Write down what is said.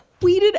tweeted